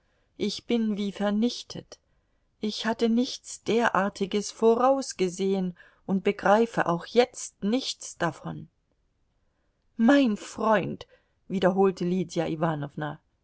ich bin wie vernichtet ich hatte nichts derartiges vorausgesehen und begreife auch jetzt nichts davon mein freund wiederholte lydia